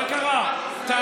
למה דווקא איראן?